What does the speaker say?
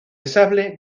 sable